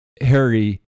Harry